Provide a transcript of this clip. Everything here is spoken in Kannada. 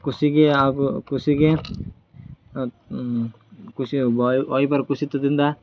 ಕುಸಿಗೆ ಆಗೊ ಕುಸಿಗೆ ಕುಸಿ ವಾಯು ವಾಯುಭಾರ ಕುಸಿತದಿಂದ